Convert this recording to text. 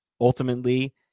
Ultimately